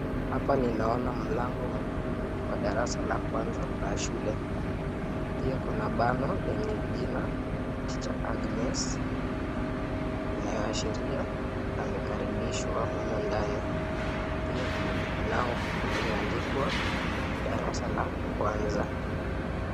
Hapa ninaona mlango mwekundu wa darasa la kwanza wa shule pia kuna bango lenye jina teacher Agnes inaashiria amekaribishwa humu ndani. Pia mlango umeandikwa darasa la kwanza.